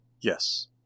Yes